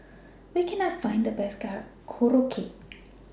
Where Can I Find The Best Korokke